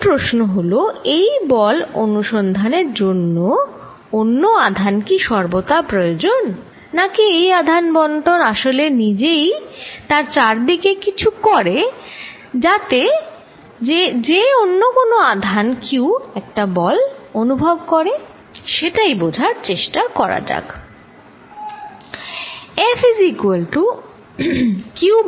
এখন প্রশ্ন হলো এই বল অনুসন্ধান এর জন্য অন্য আধান কি সর্বদা প্রয়োজন নাকি এই আধান বন্টন আসলে নিজেই তার চারদিকে কিছু করে যাতে যে অন্য আধান q একটা বল অনুভব করে সেটাই বোঝার চেষ্টা করা যাক